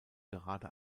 gerade